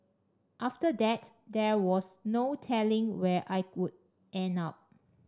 after that there was no telling where I would end up